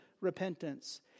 repentance